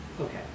Okay